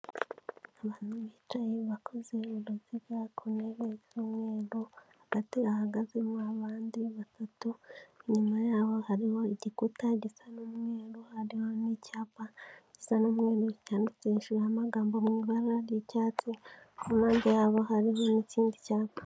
Abantu bicaye bakoze uruziga ku ntebe z'umweru hagati hagazemo abandi batatu, inyuma yabo hariho igikuta gisa n'umweru hari n'icyapa gisa n'umweru cyandikishije amagambo mu ibara ry'icyatsi kupande yabo hariho n'ikindi cyapa.